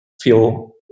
feel